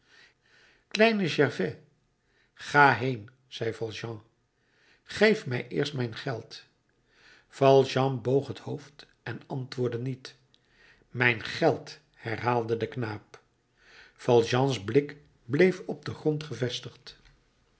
kleine gervais ga heen zei valjean geef mij eerst mijn geld valjean boog het hoofd en antwoordde niet mijn geld herhaalde de knaap valjeans blik bleef op den grond gevestigd